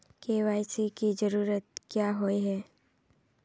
KYC की जरूरत क्याँ होय है?